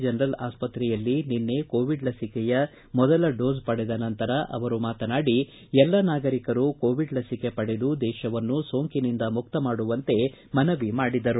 general ಆಸ್ಪತ್ರೆಯಲ್ಲಿ ನಿನ್ನೆ Covid ಲಸಿಕೆಯ ಮೊದಲ ಡೋಸ್ ಪಡೆದ ನಂತರ ಅವರು ಮಾತನಾಡಿ ಎಲ್ಲ ನಾಗರಿಕರು ಕೋವಿಡ್ ಲಸಿಕೆ ಪಡೆದು ದೇಶವನ್ನು ಸೋಂಕಿನಿಂದ ಮುಕ್ತ ಮಾಡುವಂತೆ ಮನವಿ ಮಾಡಿದರು